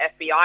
FBI